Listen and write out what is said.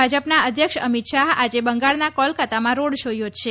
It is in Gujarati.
ભાજપના અધ્યક્ષ અમિત શાહ આજે બંગાળના કોલકતામાં રોડ શો યોજશે